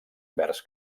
vers